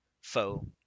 foe